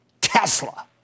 Tesla